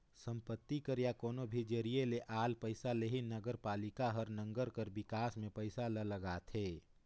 संपत्ति कर या कोनो भी जरिए ले आल पइसा ले ही नगरपालिका हर नंगर कर बिकास में पइसा ल लगाथे